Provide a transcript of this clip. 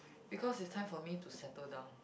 because it's time for me to settle down